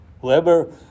whoever